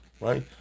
right